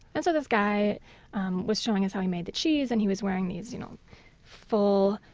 and so this guy um was showing us how he made the cheese. and he was wearing these you know full,